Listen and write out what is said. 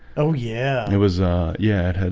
oh, yeah it was ah yeah it had.